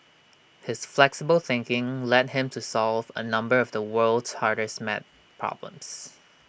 his flexible thinking led him to solve A number of the world's hardest math problems